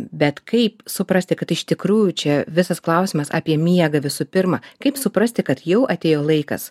bet kaip suprasti kad iš tikrųjų čia visas klausimas apie miegą visų pirma kaip suprasti kad jau atėjo laikas